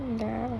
mm ya